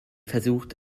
versucht